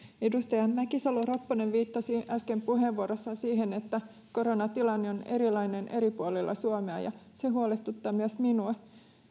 edustaja mäkisalo ropponen viittasi äsken puheenvuorossaan siihen että koronatilanne on erilainen eri puolilla suomea ja se huolestuttaa myös minua